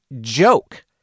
joke